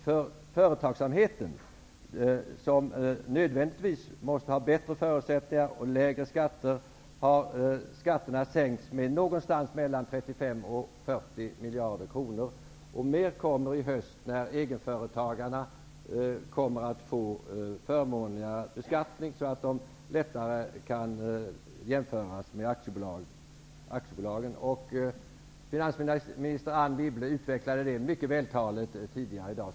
För företagsamheten, som nödvändigtvis måste ha bättre förutsättningar och lägre skatter, har skatterna sänkts med 35--40 miljarder kronor. Mer kommer i höst, när egenföretagarna kommer att få en förmånligare beskattning så att de lättare kan jämföras med aktiebolag. Finansminister Anne Wibble utvecklade detta mycket vältaligt tidigare i dag.